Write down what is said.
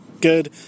good